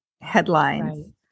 headlines